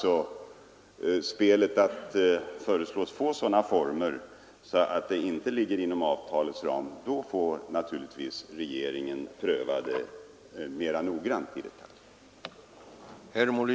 Om spelet alltså föreslås få sådana former att det inte kan anordnas inom ramen för avtalet får naturligtvis regeringen pröva saken mer i detalj.